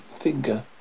finger